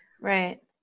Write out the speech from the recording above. Right